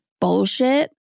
bullshit